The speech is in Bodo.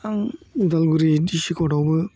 आं उदालगुरि दिसि कर्टआवबो